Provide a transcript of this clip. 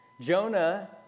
Jonah